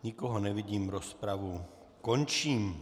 Nikoho nevidím, rozpravu končím.